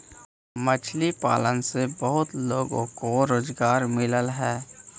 मछली पालन से बहुत लोगों को रोजगार मिलअ हई